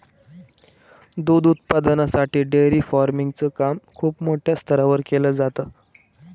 दूध उत्पादनासाठी dairy farming च काम खूप मोठ्या स्तरावर केल जात